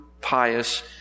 pious